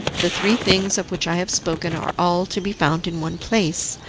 the three things of which i have spoken are all to be found in one place,